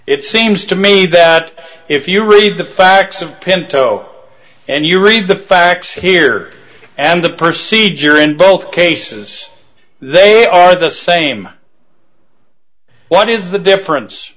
it seems to me that if you read the facts of pinto and you read the facts here and the percy jury in both cases they are the same what is the difference